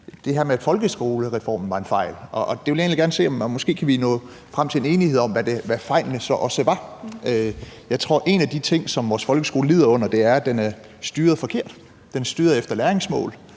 egentlig gerne se, om vi måske kan nå frem til en enighed om, hvad fejlene så bestod i. Jeg tror, at en af de ting, som vores folkeskoler lider under, er, at den er styret forkert. Den er styret af læringsmål.